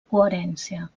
coherència